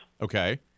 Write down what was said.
okay